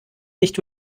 nicht